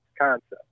concept